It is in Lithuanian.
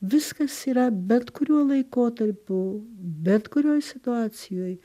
viskas yra bet kuriuo laikotarpiu bet kurioj situacijoj